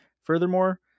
Furthermore